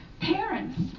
Parents